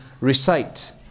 recite